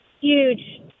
huge